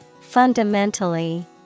Fundamentally